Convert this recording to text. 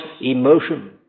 emotion